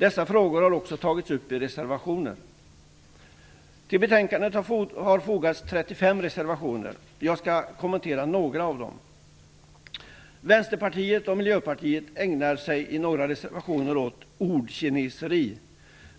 Dessa frågor har också tagits upp i reservationer. Till betänkandet har fogats 35 reservationer. Jag skall kommentera några av dem. Vänsterpartiet och Miljöpartiet ägnar sig i några reservationer åt ordkineseri.